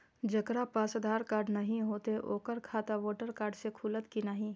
जकरा पास आधार कार्ड नहीं हेते ओकर खाता वोटर कार्ड से खुलत कि नहीं?